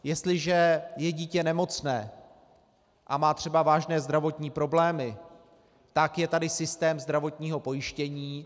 Jestliže je dítě nemocné a má třeba vážné zdravotní problémy, tak je tady systém zdravotního pojištění.